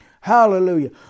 Hallelujah